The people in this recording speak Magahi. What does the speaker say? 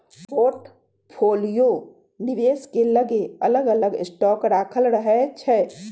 पोर्टफोलियो निवेशक के लगे अलग अलग स्टॉक राखल रहै छइ